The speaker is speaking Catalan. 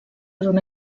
d’una